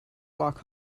walk